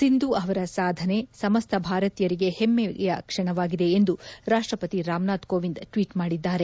ಸಿಂಧು ಅವರ ಸಾಧನೆ ಸಮಸ್ತ ಭಾರತೀಯರಿಗೆ ಹೆಮ್ಮೆಯ ಕ್ಷಣವಾಗಿದೆ ಎಂದು ರಾಷ್ಟ ಪತಿ ರಾಮನಾಥ್ ಕೋವಿಂದ್ ಟ್ವೀಟ್ ಮಾಡಿದ್ದಾರೆ